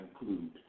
include